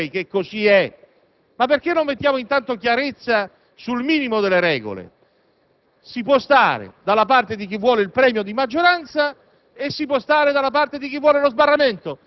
E lo riconoscono tutti gli statisti europei. Perché non mettiamo intanto chiarezza sul minimo delle regole? Si può stare dalla parte di chi vuole il premio di maggioranza